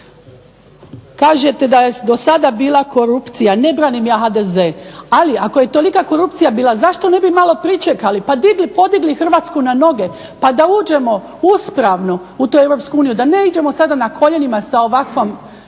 kažete da je do sada bila korupcija, ne branim ja HDZ ali je tolika korupcija bila, zašto ne bi malo pričekali pa podigli Hrvatsku na noge, pa da uđemo uspravno u Europsku uniju da ne idemo sada na koljenima sa ovakvim